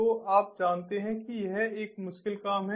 तो आप जानते हैं कि यह एक मुश्किल काम है